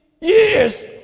years